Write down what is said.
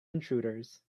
intruders